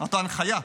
אותה ההנחיה.